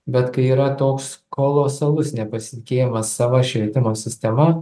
bet kai yra toks kolosalus nepasitikėjimas sava švietimo sistema